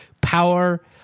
power